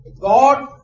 God